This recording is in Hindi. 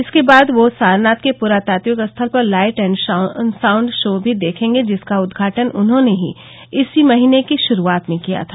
इसके बाद वह सारनाथ के प्रातात्विक स्थल पर लाइट एन्ड साउंड शो भी देखेंगे जिसका उदघाटन उन्होंने ही इसी महीने की शुरुआत में किया था